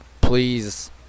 Please